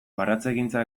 baratzegintza